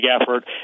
effort